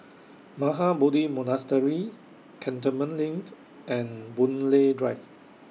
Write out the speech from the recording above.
Mahabodhi Monastery Cantonment LINK and Boon Lay Drive